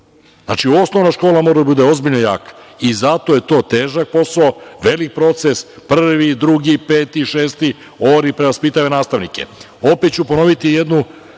Znači, osnovna škola mora da bude ozbiljno jaka i zato je to težak posao, veliki proces, prvi, drugi, peti, šesti, oni prevaspitaju nastavnike. Opet ću ponoviti jednu